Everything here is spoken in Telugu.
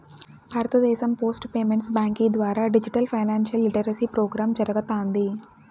భారతదేశం పోస్ట్ పేమెంట్స్ బ్యాంకీ ద్వారా డిజిటల్ ఫైనాన్షియల్ లిటరసీ ప్రోగ్రామ్ జరగతాంది